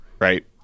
Right